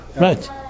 Right